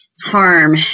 harm